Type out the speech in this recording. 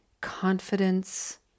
confidence